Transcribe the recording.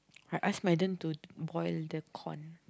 I ask Maiden to boil the corn